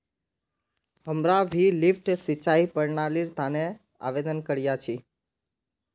हमरा भी लिफ्ट सिंचाईर प्रणालीर तने आवेदन करिया छि